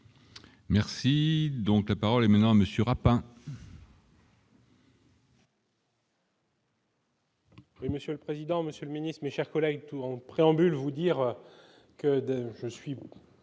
Merci donc la parole les maintenant monsieur Rapin. Oui, Monsieur le président, Monsieur le Ministre, mes chers collègues, tout en préambule, vous dire que je suis